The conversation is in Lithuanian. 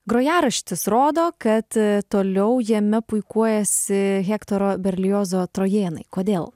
grojaraštis rodo kad toliau jame puikuojasi hektoro berliozo trojėnai kodėl